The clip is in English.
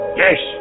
yes